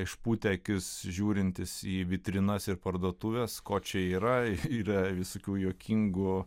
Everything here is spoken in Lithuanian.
išpūtę akis žiūrintys į vitrinas ir parduotuves ko čia yra yra visokių juokingų